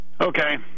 Okay